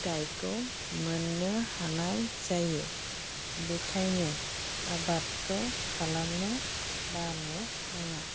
फिथाइखौ मोननो हानाय जायो बेनिखायनो आबादखौ खालामनो बानो नाङा